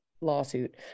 lawsuit